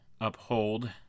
uphold